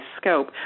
scope